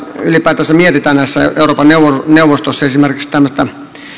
ylipäätänsä mietitään euroopan neuvostossa esimerkiksi tämmöistä